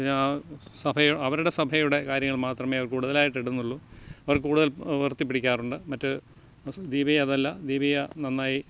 പിന്നെ സഭയുടെ അവരുടെ സഭയുടെ കാര്യങ്ങൾ മാത്രമേ അവർ കൂടുതലായിട്ടിടുന്നുള്ളു അവർ കൂടുതൽ ഉയർത്തിപ്പിടിക്കാറുണ്ട് മറ്റു ദീപിക അതല്ല ദീപിക നന്നായി